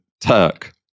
Turk